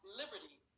liberty